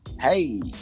hey